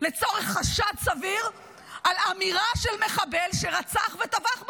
לצורך חשד סביר על אמירה של מחבל שרצח וטבח בנו,